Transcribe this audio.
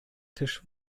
tisch